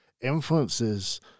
Influences